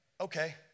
Okay